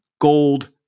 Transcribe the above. gold